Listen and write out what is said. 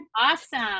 awesome